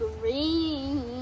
green